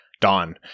dawn